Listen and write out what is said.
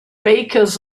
bakers